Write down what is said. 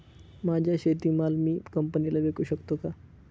माझा शेतीमाल मी कंपनीला विकू शकतो का?